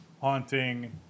haunting